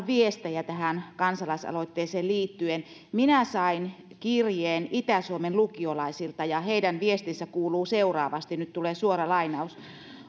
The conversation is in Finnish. viestejä tähän kansalaisaloitteeseen liittyen minä sain kirjeen itä suomen lukiolaisilta ja heidän viestinsä kuuluu seuraavasti nyt tulee suora lainaus